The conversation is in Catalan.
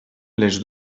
les